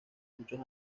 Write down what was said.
muchos